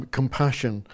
compassion